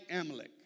Amalek